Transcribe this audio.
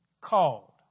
called